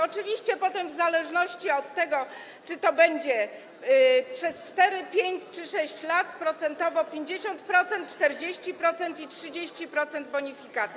Oczywiście potem - w zależności od tego, czy to będzie przez 4, 5 czy 6 lat - procentowo 50%, 40% i 30% bonifikaty.